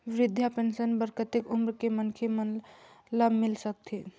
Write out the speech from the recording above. वृद्धा पेंशन बर कतेक उम्र के मनखे मन ल मिल सकथे?